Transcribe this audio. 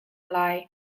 lai